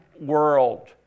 world